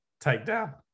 takedown